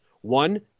One